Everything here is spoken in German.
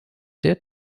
der